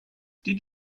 did